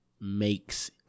makes